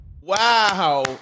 Wow